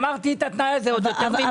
אמרתי את התנאי הזה יותר ממך.